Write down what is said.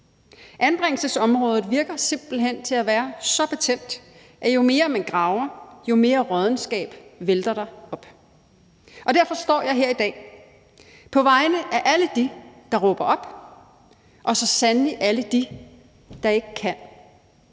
Anbringelsesområdet lader simpelt hen til at være så betændt, at jo mere man graver, jo mere råddenskab vælter der op. Derfor står jeg her i dag på vegne af alle dem, der råber op, og så sandelig alle dem, der ikke kan.